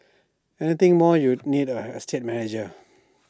anything more you need an estate manager